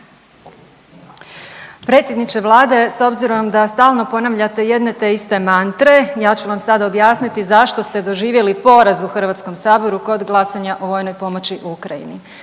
Predsjedniče Vlade s obzirom da stalno ponavljate jedne te iste mantre ja ću vam sada objasniti zašto ste doživjeli poraz u Hrvatskom saboru kod glasanja o vojnoj pomoći Ukrajini.